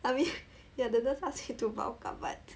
I mean ya the nurse asked me to bulk up but